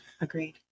Agreed